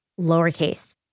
lowercase